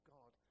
God